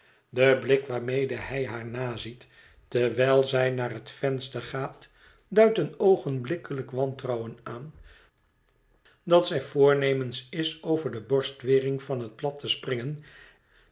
de blik waarmede hij haar naziet terwijl zij naar het venster gaat duidt een oogenblikkelijk wantrouwen aan dat zij voornemens is over de borstwering van het plat te springen